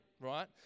right